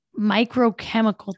microchemical